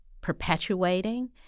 perpetuating